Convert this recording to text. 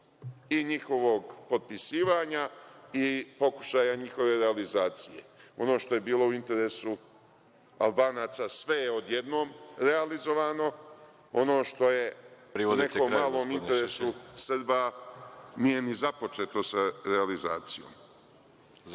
i njihovog potpisivanja i pokušaja njihove realizacije. Ono što je bilo u interesu Albanaca, sve je odjednom realizovano. Ono što je u nekom malom interesu Srba, nije ni započeto sa realizacijom.